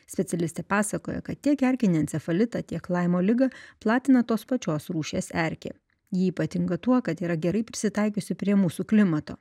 specialistė pasakoja kad tiek erkinį encefalitą tiek laimo ligą platina tos pačios rūšies erkė ji ypatinga tuo kad yra gerai prisitaikiusi prie mūsų klimato